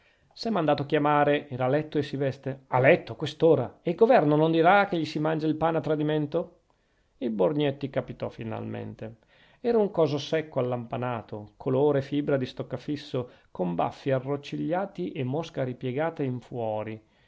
s'è mandato a chiamare era a letto e si veste a letto a quest'ora e il governo non dirà che gli si mangia il pane a tradimento il borgnetti capitò finalmente era un coso secco allampanato colore e fibra di stoccafisso con baffi arroncigliati e mosca ripiegata in fuori